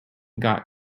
got